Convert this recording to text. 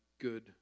good